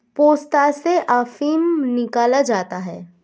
पोस्ता से अफीम निकाला जाता है